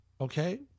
okay